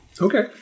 Okay